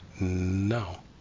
No